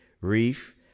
Reef